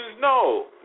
No